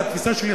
התפיסה שלי,